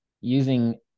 using